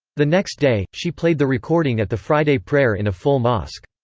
the next day, she played the recording at the friday prayer in a full mosque.